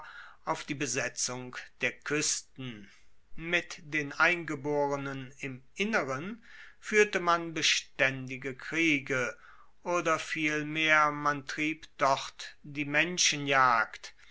auf die besetzung der kuesten mit den eingeborenen im innern fuehrte man bestaendige kriege oder vielmehr man trieb dort die menschenjagd